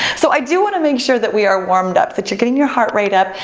so i do wanna make sure that we are warmed up, that you're getting your heart rate up,